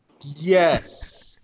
Yes